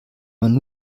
man